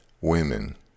women